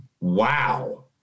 wow